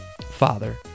Father